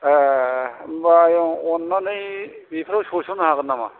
ए होनबा आयं अननानै बेफ्राव सोसननो हागोन नामा